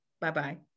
Bye-bye